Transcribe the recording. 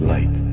Light